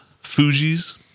Fuji's